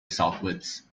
southwards